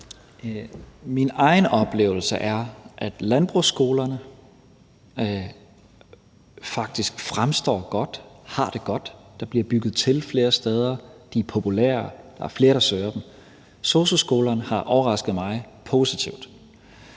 Min egen oplevelse er, at landbrugsskolerne faktisk fremstår godt og har det godt. Der bliver bygget til flere steder. De er populære. Der er flere, der søger dem. Sosu-skolerne har overrasket mig positivt.